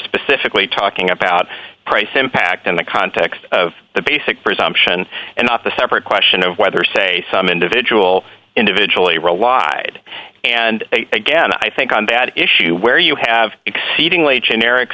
specifically talking about price impact in the context of the basic presumption and not the separate question of whether say some individual individually relied and again i think on that issue where you have exceedingly generic